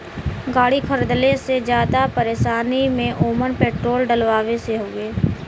गाड़ी खरीदले से जादा परेशानी में ओमन पेट्रोल डलवावे से हउवे